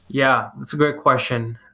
yeah. that's a great question.